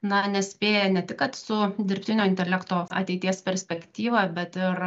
na nespėja ne tik kad su dirbtinio intelekto ateities perspektyva bet ir